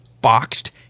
boxed